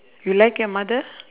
you like your mother